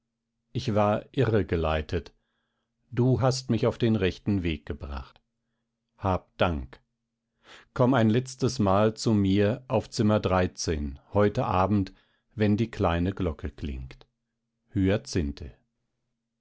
ich war irregeleitet du hast mich auf den rechten weg gebracht hab dank komm ein letztes mal zu mir auf zimmer heute abend wenn die kleine glocke klingt